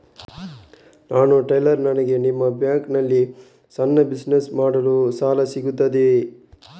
ನಾನು ಟೈಲರ್, ನನಗೆ ನಿಮ್ಮ ಬ್ಯಾಂಕ್ ನಲ್ಲಿ ಸಣ್ಣ ಬಿಸಿನೆಸ್ ಮಾಡಲು ಸಾಲ ಸಿಗುತ್ತದೆಯೇ?